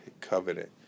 covenant